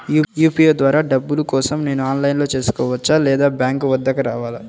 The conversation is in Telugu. యూ.పీ.ఐ ద్వారా డబ్బులు కోసం నేను ఆన్లైన్లో చేసుకోవచ్చా? లేదా బ్యాంక్ వద్దకు రావాలా?